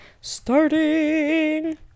Starting